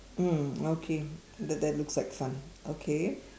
mm okay tha~ that looks like fun okay